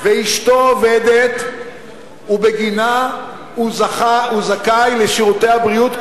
ואשתו עובדת ובגינה הוא זכאי לשירותי הבריאות,